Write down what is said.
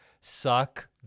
suck